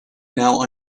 now